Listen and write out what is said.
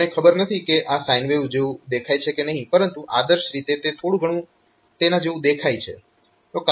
મને ખબર નથી કે આ સાઈન વેવ જેવું દેખાય છે કે નહીં પરંતુ આદર્શ રીતે તે થોડું ઘણું તેના જેવું દેખાય છે